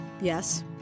Yes